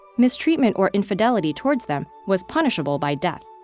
mistreatment or infidelity towards them was punishable by death.